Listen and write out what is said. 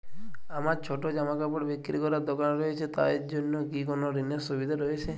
আমার ছোটো জামাকাপড় বিক্রি করার দোকান রয়েছে তা এর জন্য কি কোনো ঋণের সুবিধে রয়েছে?